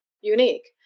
unique